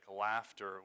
laughter